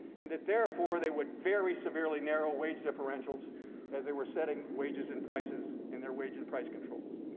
and that therefore they would very severely narrow wage differentials as they were setting wages and prices in their wage and price controls.